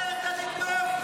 את מדברת על לגנוב?